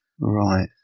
Right